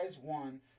one